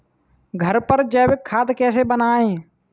घर पर जैविक खाद कैसे बनाएँ?